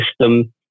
system